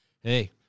hey